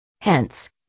Hence